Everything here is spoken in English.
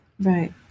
Right